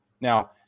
Now